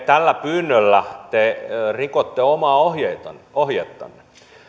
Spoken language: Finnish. tällä pyynnöllä te rikotte omaa ohjettanne